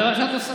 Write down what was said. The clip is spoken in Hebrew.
זה מה שאת עושה.